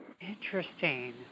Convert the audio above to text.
Interesting